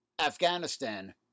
Afghanistan